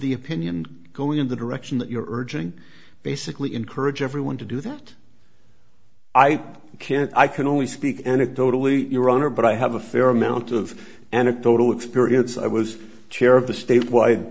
the opinion going in the direction that you're urging basically encourage everyone to do that i can't i can only speak anecdotally your honor but i have a fair amount of anecdotal experience i was chair of the statewide